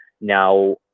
now